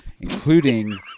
including